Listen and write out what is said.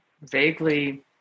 vaguely